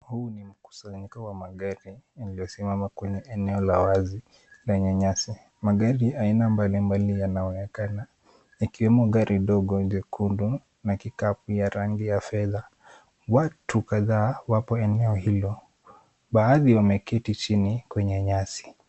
Huu ni mkusanyiko wa magari yaliyosimama kwenye eneo la wazi lenye nyasi. Magari aina mbalimbali yanaonekana likiwemo gari ndogo nyekundu na Pickup ya rangi ya fedha. Watu kadhaa wapo eneo hilo baadhi wameketi chini kwenye nyasi.